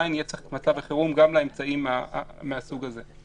עדיין יהיה צריך את מצב החירום גם לאמצעים מהסוג הזה.